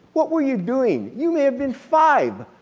what were you doing? you may have been five,